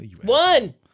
One